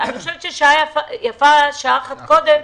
אני חושבת שיפה שעה אחת קודם,